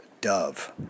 Dove